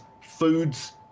foods